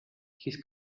his